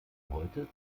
heute